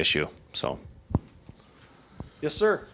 issue so yes sir